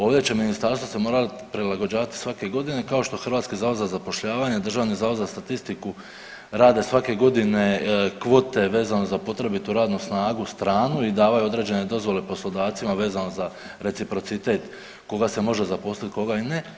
Ovdje će ministarstvo se morati prilagođavati svake godine kao što Hrvatski zavod za zapošljavanje, Državni zavod za statistiku rade svake godine kvote vezano za potrebitu radnu snagu stranu i dao je određene dozvole poslodavcima vezano za reciprocitet koga se može zaposliti, koga ne.